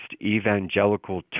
evangelical